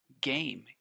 game